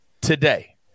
Today